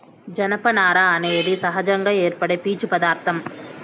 జనపనార అనేది సహజంగా ఏర్పడే పీచు పదార్ధం